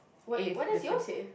what what does yours say